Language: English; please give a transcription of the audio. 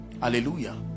Hallelujah